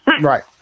Right